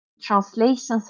translations